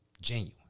genuine